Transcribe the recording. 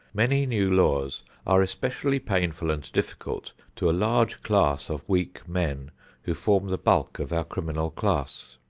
many new laws are especially painful and difficult to a large class of weak men who form the bulk of our criminal class.